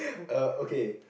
uh okay